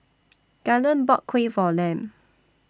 Galen bought Kuih For Lem